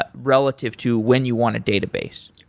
but relative to when you want a database?